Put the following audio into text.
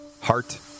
heart